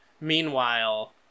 meanwhile